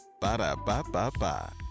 Ba-da-ba-ba-ba